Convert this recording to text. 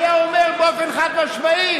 הוא היה אומר באופן חד-משמעי: